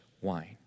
wine